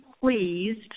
pleased